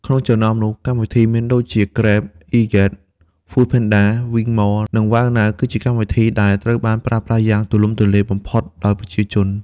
ក្នុងចំណោមនោះ កម្មវិធីដូចជា ហ្គ្រេប អុីហ្គ្រេត ហ្វូដផេនដា វីងម៉ល និងវ៉ាវណាវ គឺជាកម្មវិធីដែលត្រូវបានប្រើប្រាស់យ៉ាងទូលំទូលាយបំផុតដោយប្រជាជន។